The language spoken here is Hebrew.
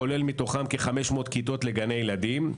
כולל מתוכם כ-500 כיתות לגני ילדים,